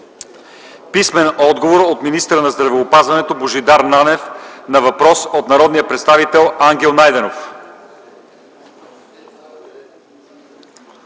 писмен отговор от министъра на здравеопазването Божидар Нанев на въпрос от народния представител Ангел Найденов;